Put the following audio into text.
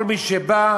כל מי שבא,